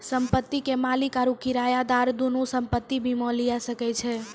संपत्ति के मालिक आरु किरायादार दुनू संपत्ति बीमा लिये सकै छै